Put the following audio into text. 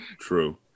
True